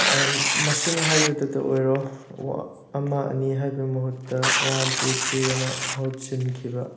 ꯃꯁꯤꯡ ꯍꯥꯏꯕꯗꯇ ꯑꯣꯏꯔꯣ ꯋꯥ ꯑꯃ ꯑꯅꯤ ꯍꯥꯏꯕꯒꯤ ꯃꯍꯨꯠꯇ ꯋꯥꯟ ꯇꯨ ꯊ꯭ꯔꯤ ꯑꯅ ꯃꯍꯨꯠ ꯁꯤꯟꯈꯤꯕ